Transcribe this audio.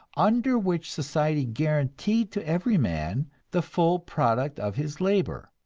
under which society guaranteed to every man the full product of his labor,